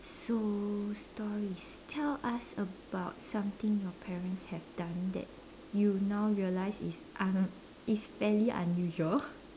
so stories tell us about something your parents have done that you now realize it's un~ it's fairly unusual